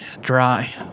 Dry